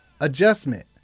Adjustment